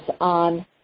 on